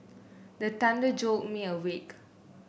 the thunder jolt me awake